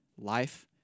life